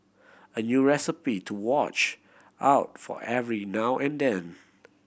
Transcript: a new recipe to watch out for every now and then